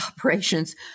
operations